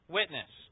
witness